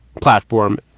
platform